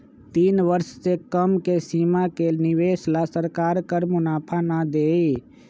तीन वर्ष से कम के सीमा के निवेश ला सरकार कर मुनाफा ना देई